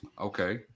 Okay